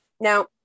Now